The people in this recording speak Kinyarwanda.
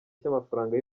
cy’amafaranga